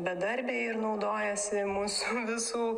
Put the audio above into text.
bedarbiai ir naudojasi mūsų visų